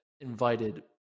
invited